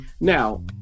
Now